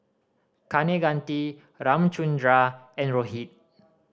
Kaneganti Ramchundra and Rohit